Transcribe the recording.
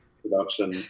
production